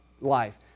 life